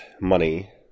money